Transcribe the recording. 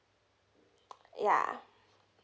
ya